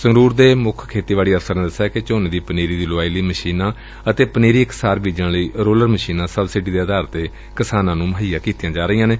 ਸੰਗਰੂਰ ਦੇ ਮੁੱਖ ਖੇਡੀਬਾਡੀ ਅਫ਼ਸਰ ਨੇ ਦੱਸਿਆ ਕਿ ਝੋਨੇ ਦੀ ਪਨੀਰੀ ਦੀ ਲੁਆਈ ਲਈ ਮਸ਼ੀਨਾਂ ਅਤੇ ਪਨੀਰੀ ਇਕਸਾਰ ਬੀਜਣ ਵਾਲੀਆਂ ਰੋਲਰ ਮਸ਼ੀਨਾਂ ਸਬਸਿਡੀ ਦੇ ਆਧਾਰ ਤੇ ਕਿਸਾਨਾਂ ਨੂੰ ਮੁਹੱਈਆ ਕਰਵਾਈਆਂ ਜਾ ਰਹੀਆਂ ਨੇ